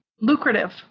lucrative